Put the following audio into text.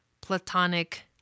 platonic